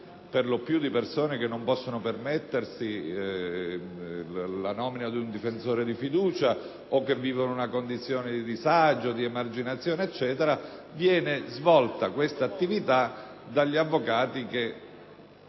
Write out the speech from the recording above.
per lo più di persone che non possono permettersi la nomina di un difensore di fiducia o che vivono una condizione di disagio, di emarginazione o altro, viene svolta dagli avvocati che